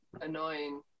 annoying